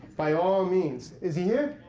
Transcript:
by all means. is he here?